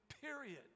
period